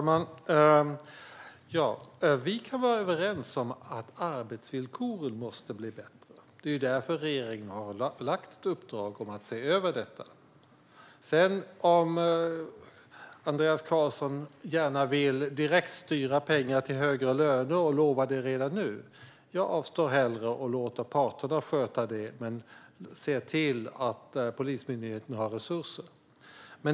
Fru talman! Vi kan vara överens om att arbetsvillkoren måste bli bättre. Det är därför regeringen har lagt ett uppdrag om att se över detta. Andreas Carlson vill gärna direktstyra pengar till högre löner och lova det redan nu. Jag avstår och låter hellre parterna sköta det, men jag vill se till att Polismyndigheten har resurser.